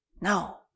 No